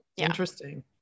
interesting